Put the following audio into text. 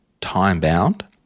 time-bound